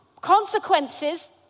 consequences